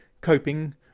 coping